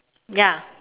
ya